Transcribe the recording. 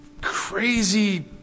crazy